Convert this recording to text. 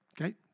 Okay